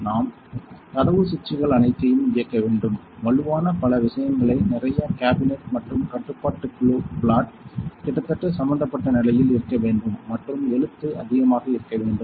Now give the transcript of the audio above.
நாம் கதவு சுவிட்சுகள் அனைத்தையும் இயக்க வேண்டும் வலுவான பல விஷயங்களை நிறைய கேபினட் மற்றும் கட்டுப்பாட்டு குழு பிளாட் கிட்டத்தட்ட சம்பந்தப்பட்ட நிலையில் இருக்க வேண்டும் மற்றும் எழுத்து அதிகமாக இருக்க வேண்டும்